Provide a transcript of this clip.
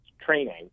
training